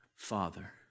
Father